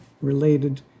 related